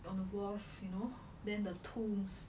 on the walls you know then the tombs